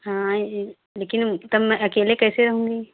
हाँ लेकिन तब मैं अकेले कैसे रहूँगी